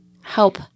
help